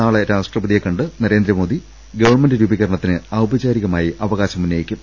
നാളെ രാഷ്ട്രപതിയെ കണ്ട് നരേന്ദ്രമോദി ഗവൺമെന്റ് രൂപീകരണത്തിന് ഔപചാരികമായി അവകാശം ഉന്നയിക്കും